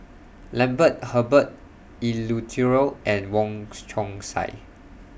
Lambert Herbert Eleuterio and Wong Chong Sai